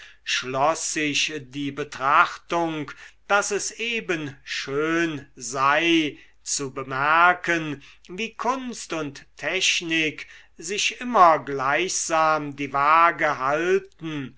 schloß sich die betrachtung daß es eben schön sei zu bemerken wie kunst und technik sich immer gleichsam die waage halten